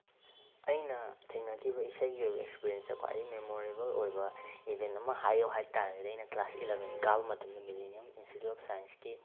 ꯑꯩꯅ ꯊꯦꯡꯅꯈꯤꯕ ꯏꯁꯩꯒꯤ ꯑꯣꯏꯕ ꯑꯦꯛꯁꯄꯤꯔꯤꯌꯦꯟꯁꯇ ꯈ꯭ꯋꯥꯏ ꯃꯦꯃꯣꯔꯦꯕꯜ ꯑꯣꯏꯕ ꯏꯚꯦꯟ ꯑꯃ ꯍꯥꯏꯌꯣ ꯍꯥꯏꯇꯥꯔꯒꯗꯤ ꯑꯩꯅ ꯀ꯭ꯂꯥꯁ ꯑꯦꯂꯕꯦꯟ ꯀꯥꯕ ꯃꯇꯝꯗ ꯃꯤꯂꯤꯅꯤꯌꯝ ꯏꯟꯁꯇꯤꯇ꯭ꯌꯨꯠ ꯑꯣꯐ ꯁꯥꯏꯟꯁꯀꯤ